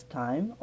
time